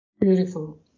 Beautiful